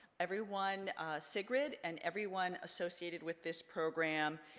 everyone sigrid, and everyone associated with this program.